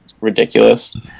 ridiculous